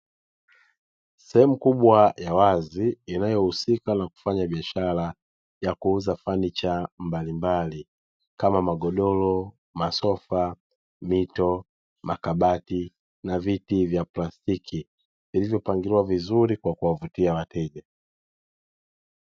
Sehemu kubwa ya wazi inayohusika na kufanya biashara ya kuuza fanicha mbalimbali, kama: magodoro, masofa, mito, makabati na viti vya plastiki vilivyopangiliwa vizuri kwa kuwavutia wateja.